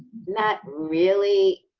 not really.